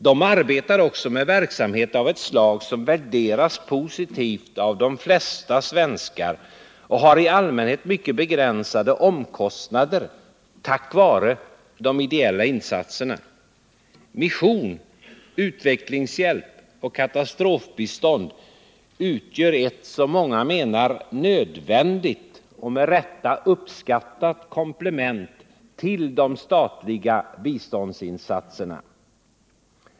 De bedriver också verksamhet av ett slag som värderas positivt av de flesta svenskar och har i allmänhet mycket begränsade omkostnader tack vare de ideella insatserna. Mission, utvecklingshjälp och katastrofbistånd utgör ett, som många menar, nödvändigt och med rätta uppskattat komplement till de statliga biståndsinsatserna.